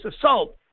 assault